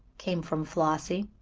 came from flossie.